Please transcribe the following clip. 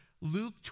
Luke